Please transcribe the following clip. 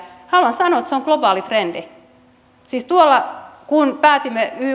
haluan sanoa että se on globaali trendi